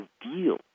deal